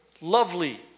lovely